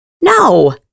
No